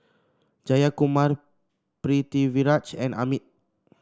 Jayakumar Pritiviraj and Amit